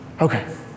Okay